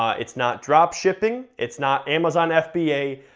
ah it's not dropshipping, it's not amazon fba,